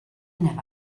never